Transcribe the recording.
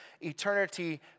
eternity